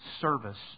service